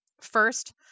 First